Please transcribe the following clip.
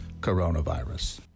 coronavirus